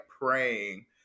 praying